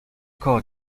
court